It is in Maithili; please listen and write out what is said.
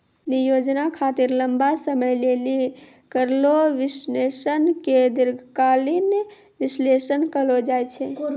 नियोजन खातिर लंबा समय लेली करलो विश्लेषण के दीर्घकालीन विष्लेषण कहलो जाय छै